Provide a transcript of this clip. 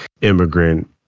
immigrant